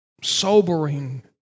sobering